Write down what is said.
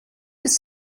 ist